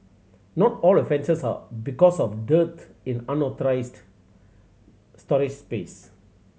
not all offences are because of dearth in authorised storage space